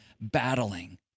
battling